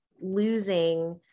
losing